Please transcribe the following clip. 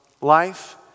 Life